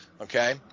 Okay